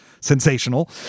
sensational